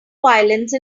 violence